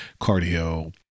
cardio